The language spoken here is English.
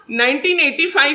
1985